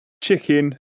chicken